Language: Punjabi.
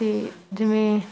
ਅਤੇ ਜਿਵੇਂ